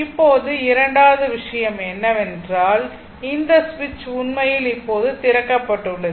இப்போது இரண்டாவது விஷயம் என்னவென்றால் இந்த சுவிட்ச் உண்மையில் இப்போது திறக்கப்பட்டுள்ளது